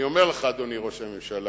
אני אומר לך, אדוני ראש הממשלה,